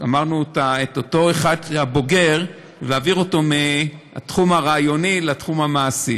את אותו בוגר ולהעביר אותו מהתחום הרעיוני לתחום המעשי,